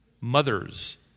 Mothers